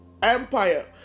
Empire